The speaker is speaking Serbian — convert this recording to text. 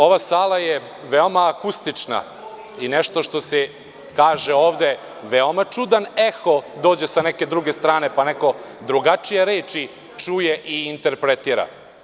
Ova sala je veoma akustična i nešto što se kaže ovde veoma čudan eho dođe sa neke druge strane, pa neko drugačije reči čuje i interpretira.